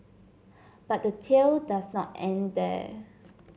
but the tail does not end there